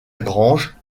granges